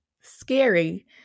Scary